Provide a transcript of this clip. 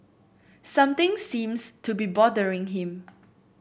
something seems to be bothering him